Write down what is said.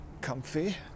comfy